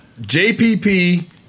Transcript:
JPP